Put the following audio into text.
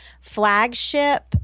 flagship